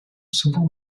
souvent